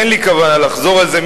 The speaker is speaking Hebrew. אין לי כוונה לחזור על זה.